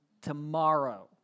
tomorrow